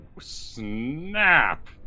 Snap